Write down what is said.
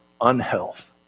unhealth